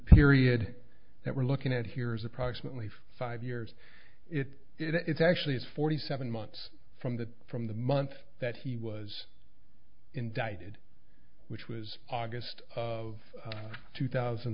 period that we're looking at here is approximately five years it it's actually is forty seven months from the from the month that he was indicted which was august of two thousand